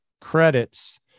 credits